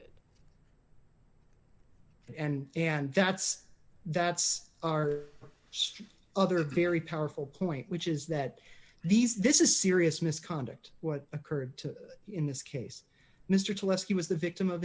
it and and that's that's our other very powerful point which is that these this is serious misconduct what occurred to in this case mr to less he was the victim of